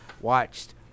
watched